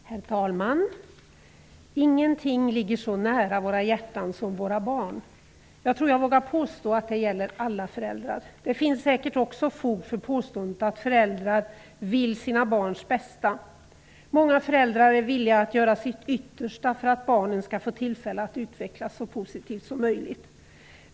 Herr talman! Ingenting ligger så nära våra hjärtan som våra barn. Jag tror jag vågar påstå att det gäller alla föräldrar. Det finns säkert också fog för påståendet att föräldrar vill sina barns bästa. Många föräldrar är villiga att göra sitt yttersta för att barnen skall få tillfälle att utvecklas så positivt som möjligt.